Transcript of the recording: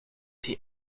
die